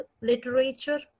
literature